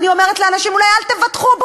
אני אומרת לאנשים: אולי אל תבטחו,